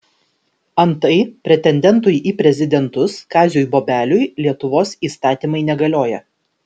antai pretendentui į prezidentus kaziui bobeliui lietuvos įstatymai negalioja